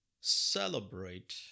celebrate